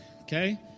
okay